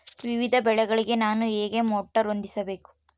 ವಿವಿಧ ಬೆಳೆಗಳಿಗೆ ನಾನು ಹೇಗೆ ಮೋಟಾರ್ ಹೊಂದಿಸಬೇಕು?